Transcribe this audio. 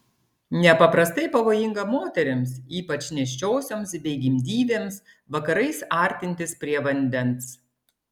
nepaprastai pavojinga moterims ypač nėščiosioms bei gimdyvėms vakarais artintis prie vandens